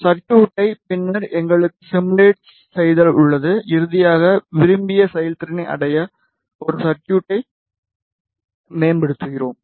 சர்குய்ட்டை பின்னர் எங்களுக்கு சிமுலேட் செய்தல் உள்ளது இறுதியாக விரும்பிய செயல்திறனை அடைய ஒரு சர்குய்ட்டை மேம்படுத்துகிறோம்